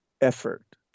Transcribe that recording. effort